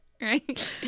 Right